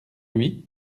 lui